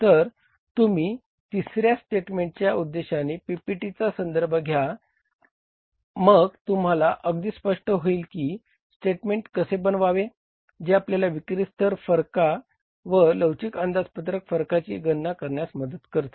तर तुम्ही तिसर्या स्टेटमेन्टच्या उद्देशाने पीपीटीचा संदर्भ घ्या मग तुम्हाला अगदी स्पष्ट होईल की स्टेटमेंट कसे बनवावे जे आपल्याला विक्री स्तर फरक व लवचिक अंदाजपत्रक फरकाची गणना करण्यास मदत करतील